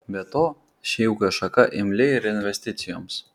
be to ši ūkio šaka imli ir investicijoms